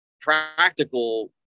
practical